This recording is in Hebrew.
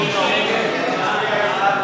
הצעת סיעות